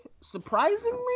Surprisingly